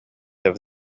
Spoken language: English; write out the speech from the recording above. about